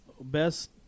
best